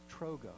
Trogo